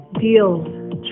deals